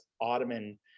Ottoman